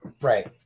Right